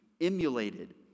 emulated